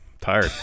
tired